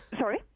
Sorry